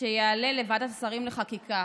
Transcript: שיעלה לוועדת שרים לחקיקה.